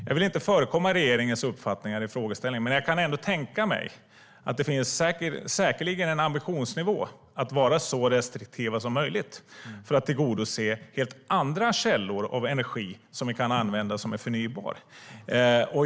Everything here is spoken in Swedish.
Jag vill inte förekomma regeringens uppfattningar i frågan, men jag kan ändå tänka mig att det säkerligen finns en ambition att vara så restriktiv som möjligt för att tillgodose helt andra källor av energi som vi kan använda och som är förnybara.